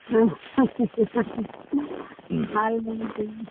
normal tea